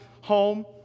home